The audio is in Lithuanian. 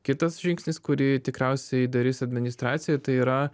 kitas žingsnis kurį tikriausiai darys administracija tai yra